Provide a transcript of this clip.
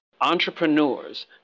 entrepreneurs